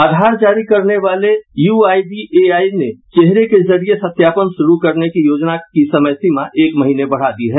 आधार जारी करने वाले यूआईडीएआई ने चेहरे के जरिए सत्यापन शुरू करने की योजना की समय सीमा एक महीने बढ़ा दी है